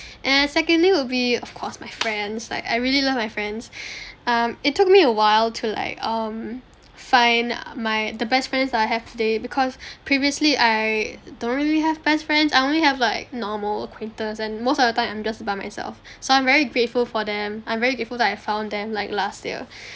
and secondly will be of course my friends like I really love my friends um it took me a while to like um find my the best friends that I have today because previously I don't really have best friends I only have like normal acquaintance and most of the time I'm just by myself so I'm very grateful for them I'm very grateful that I found them like last year